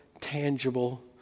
tangible